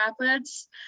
Rapids